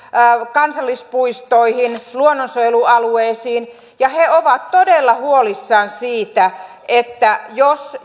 kansallispuistoihin luonnonsuojelualueisiin ja he ovat todella huolissaan siitä jos